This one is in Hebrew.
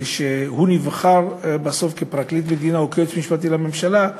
כשהוא נבחר בסוף לפרקליט המדינה או ליועץ המשפטי לממשלה,